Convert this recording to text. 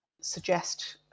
suggest